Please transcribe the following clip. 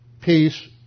peace